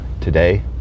today